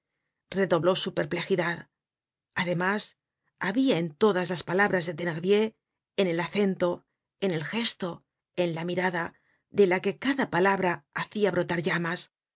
redobló su perplejidad además habia en todas las palabras de thenardier en el acento en el gesto en la mirada de la que cada palabra hacia brotar llamas